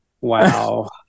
Wow